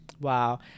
wow